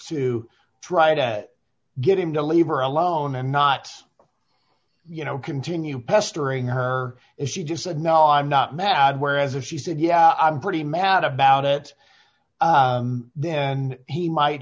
to try to get him to leave her alone and not you know continue pestering her if she just said no i'm not mad whereas if she said yeah i'm pretty mad about it then he might